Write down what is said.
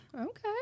Okay